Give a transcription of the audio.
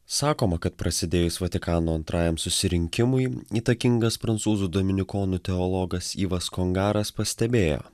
sakoma kad prasidėjus vatikano antrajam susirinkimui įtakingas prancūzų dominikonų teologas yvas kongaras pastebėjo